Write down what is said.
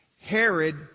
Herod